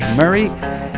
Murray